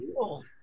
cool